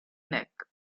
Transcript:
neck